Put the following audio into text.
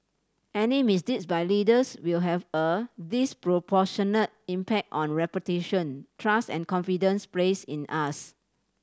any misdeeds by leaders will have a disproportionate impact on reputation trust and confidence placed in us